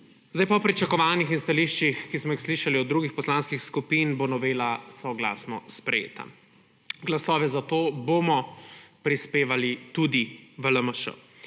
trajno. Po pričakovanjih in stališčih, ki smo jih slišali od drugih poslanskih skupin, bo novela soglasno sprejeta. Glasove za to bomo prispevali tudi v LMŠ.